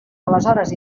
aleshores